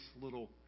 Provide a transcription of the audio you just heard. little